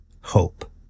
hope